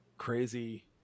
crazy